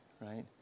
right